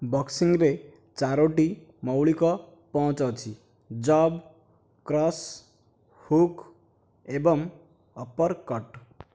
ବକ୍ସିଂରେ ଚାରୋଟି ମୌଳିକ ପଞ୍ଚ ଅଛି ଜାବ୍ କ୍ରସ୍ ହୁକ୍ ଏବଂ ଅପରକଟ୍